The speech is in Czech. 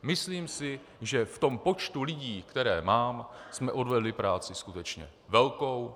Myslím si, že v tom počtu lidí, které mám, jsme odvedli práci skutečně velkou.